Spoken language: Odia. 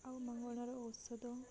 ଆଉ ମାଗଣାରେ ଔଷଧ